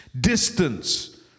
distance